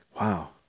Wow